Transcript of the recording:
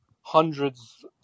hundreds